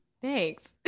Thanks